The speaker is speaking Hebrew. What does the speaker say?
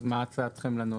מה הצעתכם לנוסח?